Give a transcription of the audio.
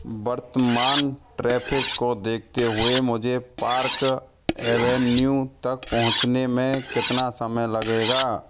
वर्तमान ट्रैफ़िक को देखते हुए मुझे पार्क एवेन्यू तक पहुँचने में कितना समय लगेगा